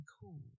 cool